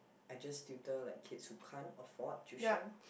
I just tutor like kids who can't afford tuition